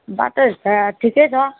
बाटोहरू त ठिकै छ